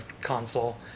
Console